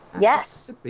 Yes